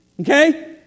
okay